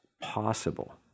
possible